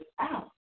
out